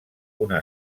una